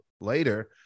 later